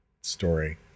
story